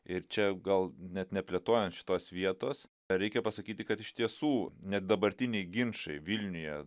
ir čia gal net neplėtojant šitos vietos reikia pasakyti kad iš tiesų net dabartiniai ginčai vilniuje